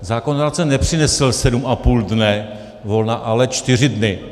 Zákonodárce nepřinesl sedm a půl dne volna, ale čtyři dny.